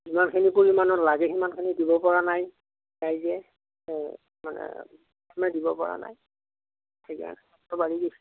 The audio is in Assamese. যিমানখিনি পৰিমাণৰ লাগে সিমানখিনি দিব পৰা নাই ৰাইজে সেয়া মানে দিব পৰা নাই সেইকাৰণে দামটো বাঢ়ি গৈছে